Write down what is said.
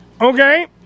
Okay